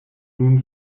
nun